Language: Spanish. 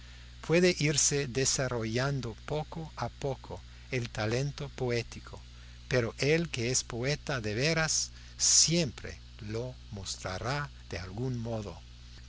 puede irse desarrollando poco a poco el talento poético pero el que es poeta de veras siempre lo mostrará de algún modo